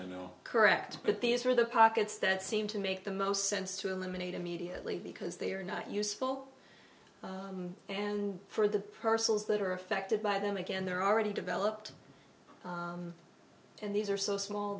i know correct but these are the pockets that seem to make the most sense to eliminate immediately because they are not useful and for the persons that are affected by them again they're already developed and these are so small